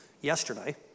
yesterday